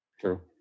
True